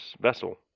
vessel